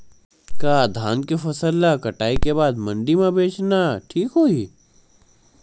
का धान के फसल ल कटाई के बाद मंडी म बेचना ठीक होही?